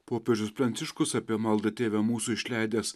popiežius pranciškus apie maldą tėve mūsų išleidęs